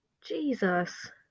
Jesus